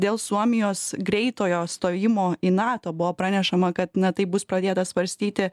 dėl suomijos greitojo stojimo į nato buvo pranešama kad na tai bus pradėta svarstyti